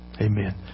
Amen